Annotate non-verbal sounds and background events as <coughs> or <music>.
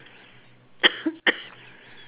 <coughs>